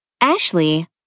Ashley